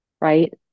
right